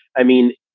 i mean,